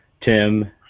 Tim